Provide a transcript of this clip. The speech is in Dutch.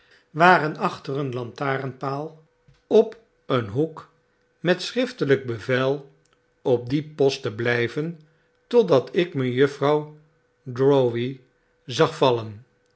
waren achter een lantaarnpaal op een hoek met schriftelyk bevel op dien post te blijven totdat ik mejuffrouw drowvey zag vallen